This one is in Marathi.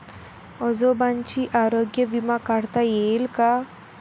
आजोबांचा आरोग्य विमा काढता येईल का?